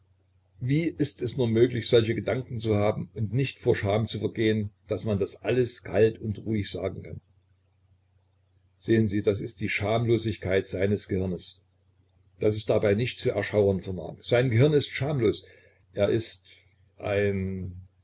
wie ist es nur möglich solche gedanken zu haben und nicht vor scham zu vergehen daß man das alles kalt und ruhig sagen kann sehen sie das ist die schamlosigkeit seines gehirnes daß es dabei nicht zu erschauern vermag sein gehirn ist schamlos er ist ein